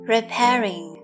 Repairing